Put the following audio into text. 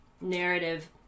narrative